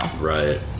right